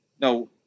No